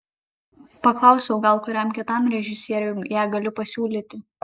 paklausiau gal kuriam kitam režisieriui ją galiu pasiūlyti